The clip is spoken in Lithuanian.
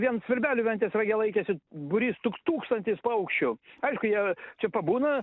vien svirbelių ventės rage laikėsi būrys tuk tūkstantis paukščių aišku jie čia pabūna